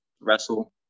wrestle